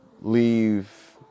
leave